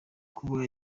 kuba